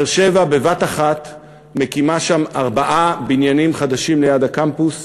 באר-שבע בבת-אחת מקימה שם ארבעה בניינים חדשים ליד הקמפוס